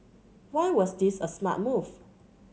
why was this a smart move